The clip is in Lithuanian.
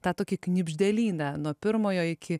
tą tokį knibždėlyną nuo pirmojo iki